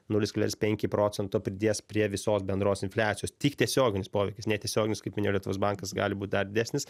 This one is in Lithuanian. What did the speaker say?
nulis kablelis penki procento pridės prie visos bendros infliacijos tik tiesioginis poveikis netiesioginis kaip minėjo lietuvos bankas gali būt dar didesnis